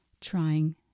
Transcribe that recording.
trying